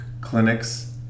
clinics